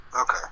Okay